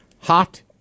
hot